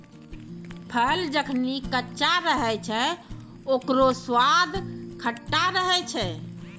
फल जखनि कच्चा रहै छै, ओकरौ स्वाद खट्टा रहै छै